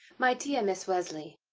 my dear miss worsley,